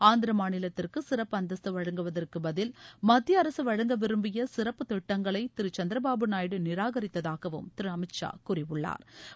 ஆந்திர மாநிலத்திற்கு சிறப்பு அந்தஸ்து வழங்குவதற்கு பதில் மத்திய அரசு வழங்க விரும்பிய சிறப்பு திட்டங்களை திரு சந்திரபாபு நாயுடு நிராகரித்ததாகவும் திரு அமித் ஷா கூறியுள்ளாா்